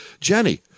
Jenny